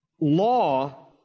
law